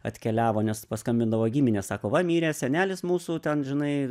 atkeliavo nes paskambindavo giminės sako va mirė senelis mūsų ten žinai